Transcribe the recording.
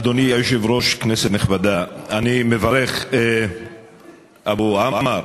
אדוני היושב-ראש, כנסת נכבדה, אני מברך, אבו עראר.